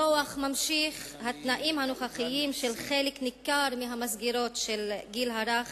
הדוח ממשיך ואומר שהתנאים הנוכחיים של חלק ניכר מהמסגרות של הגיל הרך